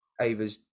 Ava's